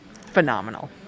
phenomenal